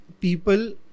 people